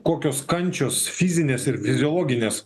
kokios kančios fizinės ir fiziologinės